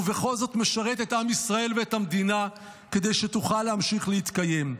ובכל זאת משרת את עם ישראל ואת המדינה כדי שתוכל להמשיך להתקיים.